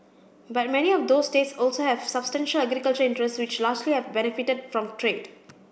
but many of those states also have substantial agricultural interests which largely have benefited from trade